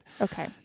Okay